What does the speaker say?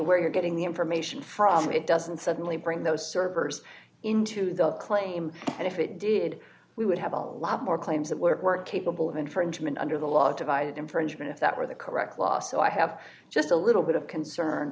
where you're getting the information from it doesn't suddenly bring those servers into the claim and if it did we would have a lot more claims that were capable of infringement under the law devised infringement if that were the correct law so i have just a little bit of concern